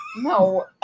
No